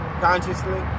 consciously